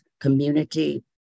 community